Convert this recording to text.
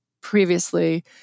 previously